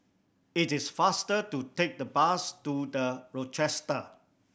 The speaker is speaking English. it is faster to take the bus to The Rochester